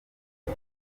ngo